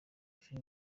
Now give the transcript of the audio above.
film